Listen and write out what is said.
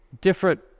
different